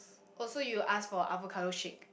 also you ask for avocado shake